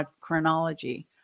chronology